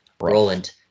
Roland